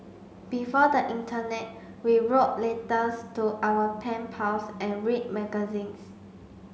before the internet we wrote letters to our pen pals and read magazines